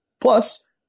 Plus